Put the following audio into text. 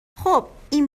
خوب، این